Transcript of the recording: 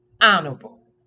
Honorable